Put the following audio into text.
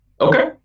Okay